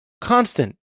Constant